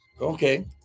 Okay